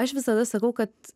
aš visada sakau kad